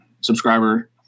subscriber